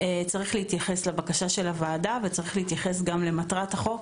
צריך להתייחס לבקשה של הוועדה וצריך להתייחס גם למטרת החוק,